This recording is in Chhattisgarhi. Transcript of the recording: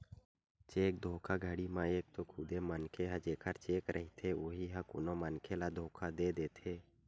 चेक धोखाघड़ी म एक तो खुदे मनखे ह जेखर चेक रहिथे उही ह कोनो मनखे ल धोखा दे देथे